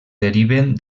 deriven